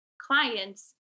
clients